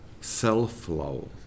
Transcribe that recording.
self-love